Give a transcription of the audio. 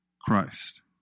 Christ